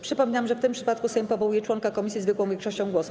Przypominam, że w tym przypadku Sejm powołuje członka komisji zwykłą większością głosów.